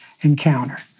encounter